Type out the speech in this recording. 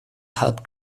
help